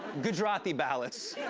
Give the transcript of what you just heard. gujarati ballots.